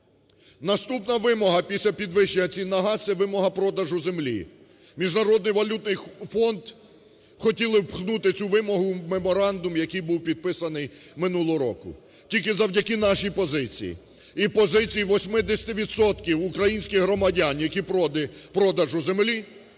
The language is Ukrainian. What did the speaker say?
Наступна вимога після підвищення цін на газ – це вимога продажу землі. Міжнародний валютний фонд хотіли впхнути цю вимогу в меморандум, який був підписаний минулого року. Тільки завдяки нашій позиції і позиції 80 відсотків українських громадян, які проти продажу землі,